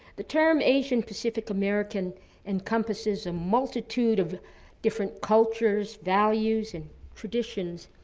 the term asian-pacific american encompasses a multitude of different cultures, values, and traditions.